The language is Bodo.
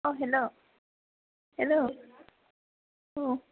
औ हेल' हेल'